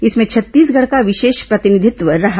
इसमें छत्तीसगढ़ का विशेष प्रतिनिधित्व रहा